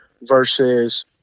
versus